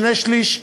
שני-שלישים,